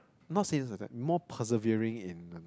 not say in like more persevering in